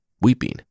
weeping